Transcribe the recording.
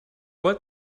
what